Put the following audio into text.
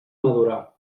madurar